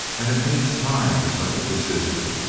and it needs time for such a decision.